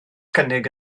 cynnig